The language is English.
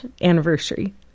anniversary